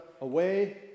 away